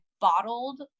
bottled